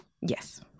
Yes